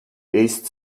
east